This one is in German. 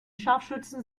scharfschützen